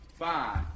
Five